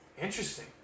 Interesting